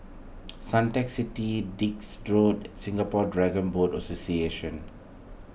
Suntec City Dix Road Singapore Dragon Boat Association